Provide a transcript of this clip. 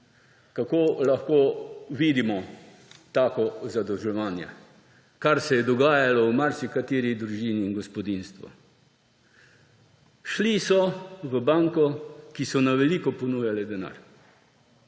kako lahko vidimo tako zadolževanje, kar se je dogajalo v marsikateri družini in gospodinjstvu. Šli so v banko, ki so na veliko ponujale denar.